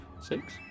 six